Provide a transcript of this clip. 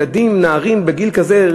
ילדים-נערים בגיל כזה,